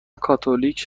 کاتولیک